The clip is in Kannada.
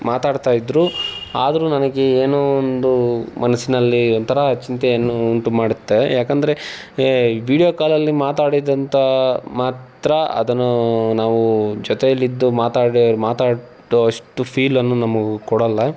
ಮಾತಾಡ್ತಾಯಿದ್ದರೂ ಆದರೂ ನನಗೆ ಏನೋ ಒಂದು ಮನಸ್ಸಿನಲ್ಲಿ ಒಂಥರಾ ಚಿಂತೆಯನ್ನು ಉಂಟು ಮಾಡುತ್ತೆ ಯಾಕಂದರೆ ಏ ವೀಡ್ಯೋ ಕಾಲಲ್ಲಿ ಮಾತಾಡಿದಂಥ ಮಾತ್ರ ಅದನ್ನು ನಾವು ಜೊತೆಯಲ್ಲಿದ್ದು ಮಾತಾಡಿರ ಮಾತಾಡ್ದ ಅಷ್ಟು ಫೀಲನ್ನು ನಮಗೂ ಕೊಡಲ್ಲ